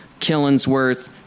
Killensworth